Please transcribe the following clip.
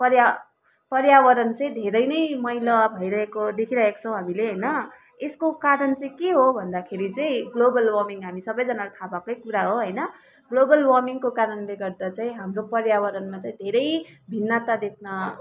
पर्या पर्यावरण चाहिँ धेरै नै मैला भइरहेको देखिरहेको छौँ हामीले होइन यसको कारण चाहिँ के हो भन्दाखेरि चाहिँ ग्लोबल वार्मिङ हामी सबैजनालाई थाहा भएकै कुरा हो होइन ग्लोबल वर्मिङको कारणले गर्दा चाहिँ हाम्रो पर्यावरणमा चाहिँ धेरै भिन्नता देख्न